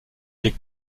les